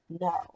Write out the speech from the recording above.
no